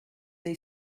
they